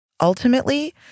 Ultimately